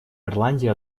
ирландии